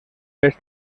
fes